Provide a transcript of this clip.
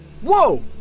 Whoa